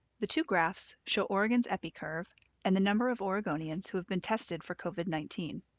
the two graphs show oregon's epi curve and the number of oregonians who have been tested for covid nineteen.